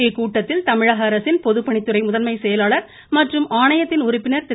இக்கூட்டத்தில் தமிழக அரசின் பொதுப்பணித்துறை முதன்மை செயலாளர் மற்றும் ஆணையத்தின் உறுப்பினர் திரு